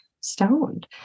stoned